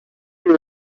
you